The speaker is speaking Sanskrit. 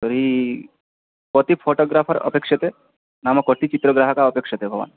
तर्हि कति फ़ोटोग्राफ़र् अपेक्षते नाम कति चित्रग्राहकाः अपेक्षते भवान्